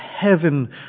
heaven